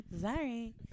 Sorry